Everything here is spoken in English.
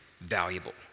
valuable